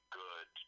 good